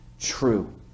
true